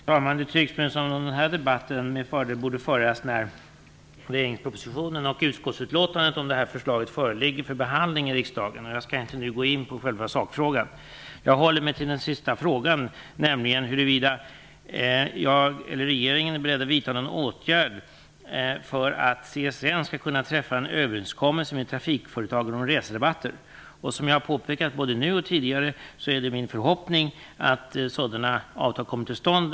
Fru talman! Det tycks mig som om den här debatten med fördel borde föras när regeringspropositionen och utskottsutlåtandet om detta förslag föreligger för behandling i riksdagen. Jag skall inte nu gå in på själva sakfrågan. Jag håller mig till den sista frågan, nämligen huruvida jag eller regeringen är beredd att vidta någon åtgärd för att CSN skall kunna träffa en överenskommelse med trafikföretagen om reserabatter. Som jag både nu och tidigare har påpekat är det min förhoppning att sådana avtal kommer till stånd.